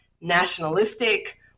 nationalistic